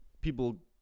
people